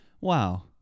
Wow